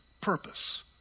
purpose